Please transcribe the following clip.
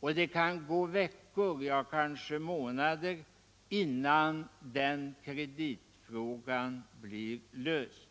Det kan gå veckor, ja kanske månader, innan kreditfrågan löses.